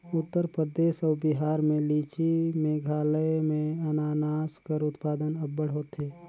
उत्तर परदेस अउ बिहार में लीची, मेघालय में अनानास कर उत्पादन अब्बड़ होथे